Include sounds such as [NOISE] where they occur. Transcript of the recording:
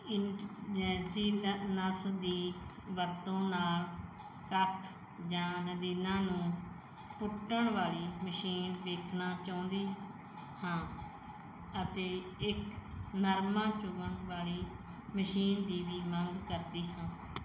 [UNINTELLIGIBLE] ਦੀ ਵਰਤੋਂ ਨਾਲ ਕੱਖ ਜਾਂ ਨਦੀਨਾਂ ਨੂੰ ਪੁੱਟਣ ਵਾਲੀ ਮਸ਼ੀਨ ਵੇਖਣਾ ਚਾਹੁੰਦੀ ਹਾਂ ਅਤੇ ਇੱਕ ਨਰਮਾ ਚੁਗਣ ਵਾਲੀ ਮਸ਼ੀਨ ਦੀ ਵੀ ਮੰਗ ਕਰਦੀ ਹਾਂ